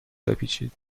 بپیچید